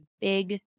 big